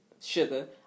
sugar